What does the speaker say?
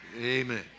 Amen